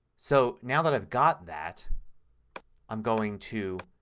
so now that i've got that i'm going to